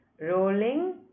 Rolling